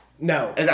No